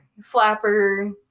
flapper